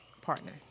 partner